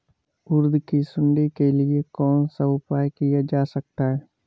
उड़द की सुंडी के लिए कौन सा उपाय किया जा सकता है?